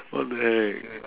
what the heck